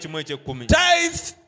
Tithes